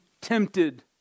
tempted